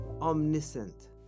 omniscient